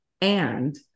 and-